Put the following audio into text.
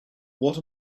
what